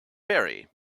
berry